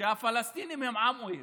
שהפלסטינים הם עם עוין